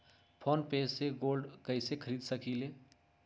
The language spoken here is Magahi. फ़ोन पे से गोल्ड कईसे खरीद सकीले?